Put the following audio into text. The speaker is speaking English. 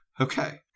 Okay